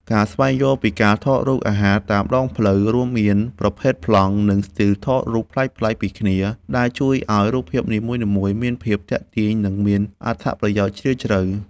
ការស្វែងយល់ពីការថតរូបអាហារតាមដងផ្លូវ រួមមានប្រភេទប្លង់ និងស្ទីលថតរូបប្លែកៗពីគ្នា ដែលជួយឱ្យរូបភាពនីមួយៗមានភាពទាក់ទាញ និងមានអត្ថន័យជ្រាលជ្រៅ។